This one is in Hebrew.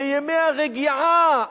בימי הרגיעה,